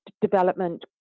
development